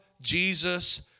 Jesus